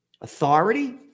Authority